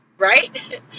Right